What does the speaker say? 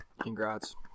congrats